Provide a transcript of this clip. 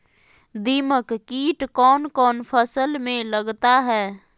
दीमक किट कौन कौन फसल में लगता है?